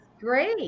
great